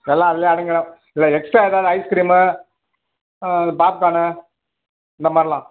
நல்லா விளையாடுங்க இல்லை எக்ஸ்ட்ரா ஏதாவது ஐஸ்கிரீமு ஆ பாப்கார்ன்னு இந்த மாதிரில்லாம்